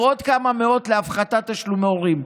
עוד כמה מאות של הפחתת תשלומי הורים.